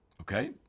Okay